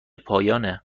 پایانه